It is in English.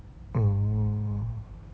mm